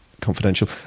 Confidential